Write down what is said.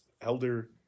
Elder